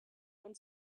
one